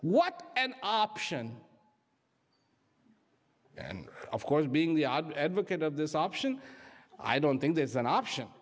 what an option and of course being the odd advocate of this option i don't think there's an option